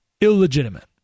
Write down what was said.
illegitimate